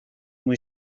muy